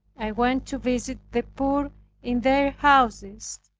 i went to visit the poor in their houses,